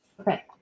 Okay